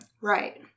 Right